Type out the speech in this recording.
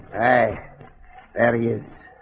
hey arias